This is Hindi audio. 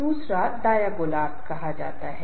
एक अन्य समूह होता है जिसे फंक्शनल ग्रुप कहा जाता है